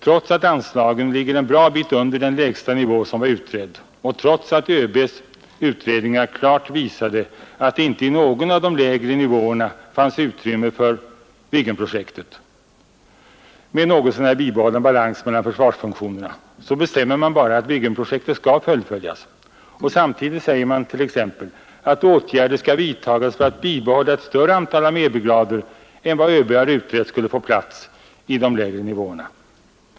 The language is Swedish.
Trots att anslagen ligger en bra bit under den lägsta nivå som var utredd och trots att ÖB:s utredningar klart visade att det inte i någon av de lägre nivåerna fanns utrymme för Viggenprojektet med något så när bibehå! !en balans mellan försvarsfunktionerna, så bestämmer man bara att Viggenprojektet skall fullföljas. Samtidigt säger man t.ex. att åtgärder skall vidtagas för att bibehålla ett större antal armébrigader än vad ÖB utrett skulle få plats i de lägre nivåerna.